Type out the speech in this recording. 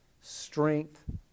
strength